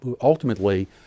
Ultimately